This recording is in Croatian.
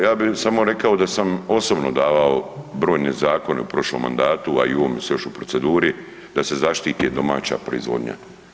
Ja bih samo rekao da sam osobno davao brojne zakone u prošlom mandatu, a i u ovome su još u proceduri, da se zaštiti domaća proizvodnja.